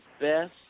best